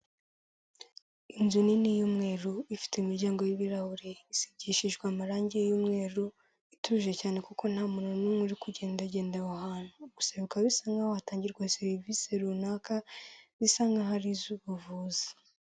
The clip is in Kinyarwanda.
Inzu nini y'umweru ifite imiryango y'ibirahuri isigishijwe amarangi y'umweru ituje cyane kuko nta muntu n'umwe uri kugendagenda aho hantu gusa bikaba bisa nk'aho hatangirwa serivisi runaka zisa nkaho ari iz'ubuvuzi.